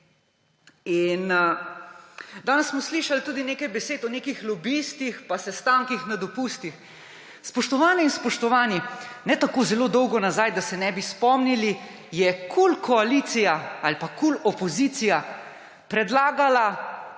Danes smo slišali tudi nekaj besed o nekih lobistih pa sestankih na dopustih. Spoštovane in spoštovani, ne tako zelo dolgo nazaj, da se ne bi spomnili, je KUL koalicija ali pa KUL opozicija predlagala